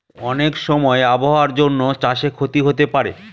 অনেক সময় আবহাওয়ার জন্য চাষে ক্ষতি হতে পারে